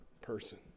person